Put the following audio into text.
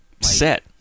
set